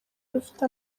rufite